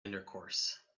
intercourse